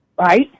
right